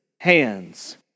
hands